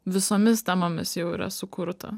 visomis temomis jau yra sukurta